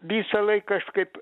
visą laiką aš kaip